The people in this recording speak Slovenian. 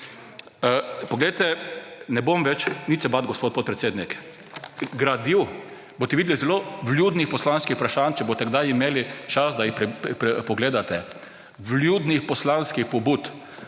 Poglejte, ne bom več − nič se bati, gospod podpredsednik, gradil, boste videli zelo vljudnih poslanskih vprašanj, če boste kdaj imeli čas, da jih pogledate. Vljudnih poslanskih pobud,